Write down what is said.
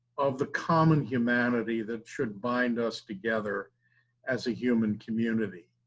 of the common humanity that should bind us together as a human community.